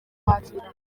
kwakira